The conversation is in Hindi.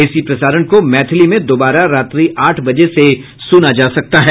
इसी प्रसारण को मैथिली में दोबारा रात्रि आठ बजे से सुना जा सकता है